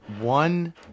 one